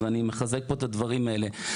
ואני מחזק פה את הדברים האלה.